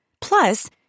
Plus